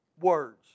words